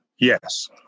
Yes